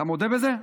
אתה מודה בזה?